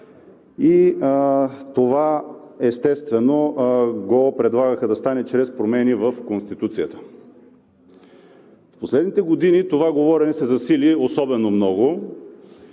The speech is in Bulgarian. и това, естествено, го предлагаха да стане чрез промени в Конституцията. В последните години това говорене се засили особено много,